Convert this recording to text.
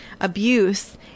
abuse